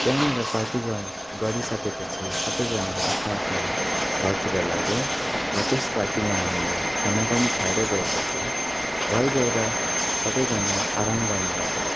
त्यहाँनिर पार्टी गर् गरिसकेपछि सबैजना आफ्नो आफ्नो घरतिर लाग्यौँ र त्यस पार्टीमा हामीले खाना पनि खाएरै गएको थियो घर गएर सबैजना आरम गर्न लाग्यौँ